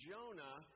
Jonah